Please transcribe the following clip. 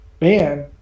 man